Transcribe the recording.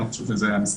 אני לא חושב שזו המסגרת.